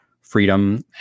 freedom